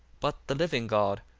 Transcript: but the living god,